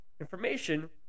Information